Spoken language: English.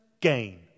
Gain